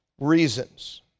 reasons